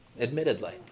admittedly